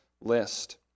list